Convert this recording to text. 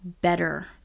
better